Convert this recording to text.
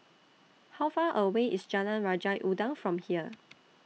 How Far away IS Jalan Raja Udang from here